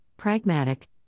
Pragmatic